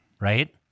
Right